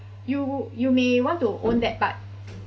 you you may want to own that but